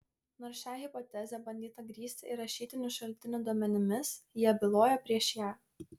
nors šią hipotezę bandyta grįsti ir rašytinių šaltinių duomenimis jie byloja prieš ją